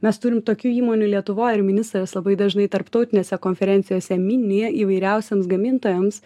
mes turim tokių įmonių lietuvoj ir ministras labai dažnai tarptautinėse konferencijose mini įvairiausiems gamintojams